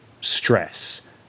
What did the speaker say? stress